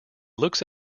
looks